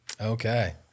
Okay